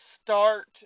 start